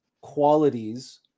qualities